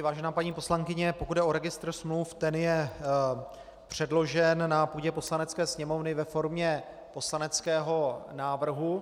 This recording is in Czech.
Vážená paní poslankyně, pokud jde o registr smluv, ten je předložen na půdě Poslanecké sněmovny ve formě poslaneckého návrhu.